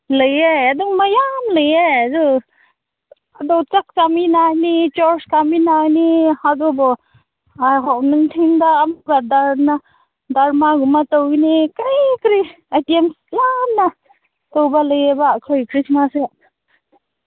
ꯂꯩꯑꯦ ꯑꯗꯨ ꯃꯌꯥꯝ ꯂꯩꯑꯦ ꯑꯗꯨ ꯑꯗꯨ ꯆꯥꯛ ꯆꯥꯃꯤꯟꯅꯅꯤ ꯆꯔꯁ ꯀꯥꯃꯤꯟꯅꯅꯤ ꯑꯗꯨꯕꯨ ꯑꯥ ꯅꯨꯡꯊꯤꯟꯗ ꯑꯃꯨꯛꯀ ꯗꯔꯃꯥꯒꯨꯝꯕ ꯇꯧꯒꯅꯤ ꯀꯔꯤ ꯀꯔꯤ ꯑꯥꯏꯇꯦꯝ ꯌꯥꯝꯅ ꯇꯧꯕ ꯂꯩꯑꯦꯕ ꯑꯩꯈꯣꯏ ꯈ꯭ꯔꯤꯁꯃꯥꯁꯁꯦ